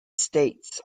states